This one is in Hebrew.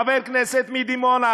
חבר כנסת מדימונה,